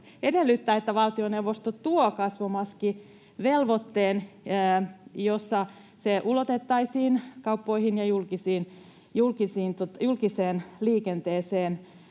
edellyttää, että valtioneuvosto tuo kasvomaskivelvoitteen, joka ulotettaisiin kauppoihin ja julkiseen liikenteeseen